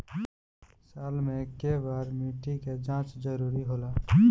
साल में केय बार मिट्टी के जाँच जरूरी होला?